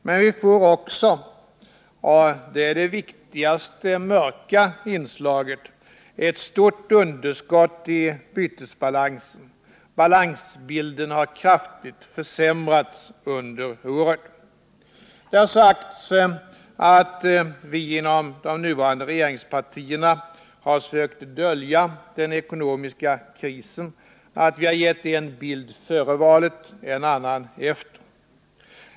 Men vi får också — och det är det viktigaste mörka inslaget — ett stort underskott i bytesbalansen. Balansbilden har kraftigt försämrats under året. Det har sagts att vi inom de nuvarande regeringspartierna sökt ”dölja den ekonomiska krisen” och att vi har givit en bild före valet, en annan efter.